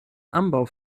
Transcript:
ambaŭ